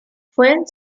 fue